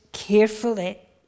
carefully